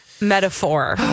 metaphor